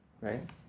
Right